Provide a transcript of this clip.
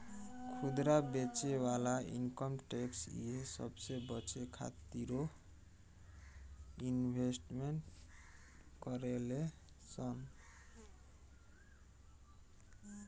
खुदरा बेचे वाला इनकम टैक्स इहे सबसे बचे खातिरो इन्वेस्टमेंट करेले सन